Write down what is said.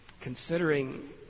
considering